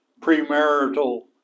premarital